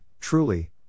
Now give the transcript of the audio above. Truly